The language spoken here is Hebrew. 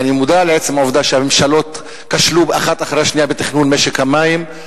ואני מודע לעצם העובדה שהממשלות כשלו אחת אחרי השנייה בתכנון משק המים,